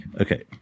Okay